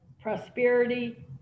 prosperity